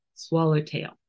swallowtail